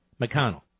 McConnell